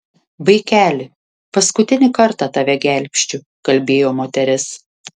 vaikeli paskutinį kartą tave gelbsčiu kalbėjo moteris